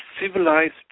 civilized